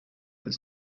als